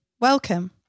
welcome